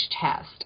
test